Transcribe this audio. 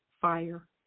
fire